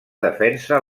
defensa